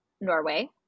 Norway